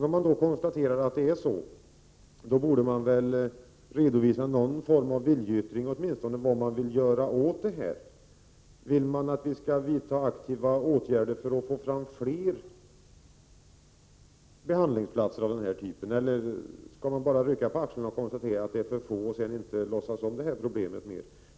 Om man konstaterar att det är så borde man väl redovisa någon form av viljeyttring, åtminstone vad man vill göra åt det. Vill man att vi aktivt skall vidta åtgärder för att få fram fler behandlingsplatser av den här typen, eller skall man bara konstatera att antalet platser är för få, rycka på axlarna och sedan inte mer låtsas om problemet?